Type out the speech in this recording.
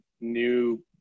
new